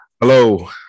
Hello